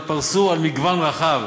התפרסו על מגוון רחב